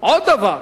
עוד דבר,